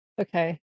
Okay